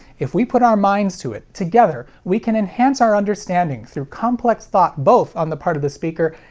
if we put our minds to it, together, we can enhance our understanding through complex thought both on the part of the speaker,